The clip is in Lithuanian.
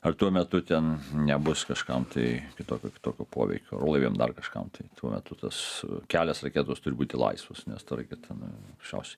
ar tuo metu ten nebus kažkam tai kitokio kitokio poveikio orlaiviam dar kažkam tai tuo metu tos kelios raketos turi būti laisvos nes ta raketa na šaus